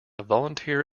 volunteer